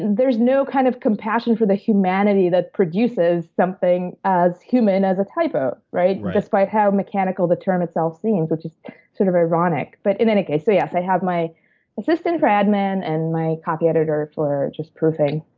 there's no kind of compassion for the humanity that produces something as human as a typo, right? despite how mechanical the term itself seem which is sort of ironic. but in any case, so yes, i have my assistant for admin and my copy editor for just proofing.